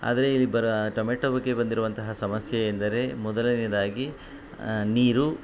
ಆದರೆ ಇಲ್ಲಿ ಬರೋ ಟೊಮೇಟೋ ಬಗ್ಗೆ ಬಂದಿರೋವಂತಹ ಸಮಸ್ಯೆ ಎಂದರೆ ಮೊದಲನೇದಾಗಿ ನೀರು